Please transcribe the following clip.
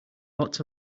lots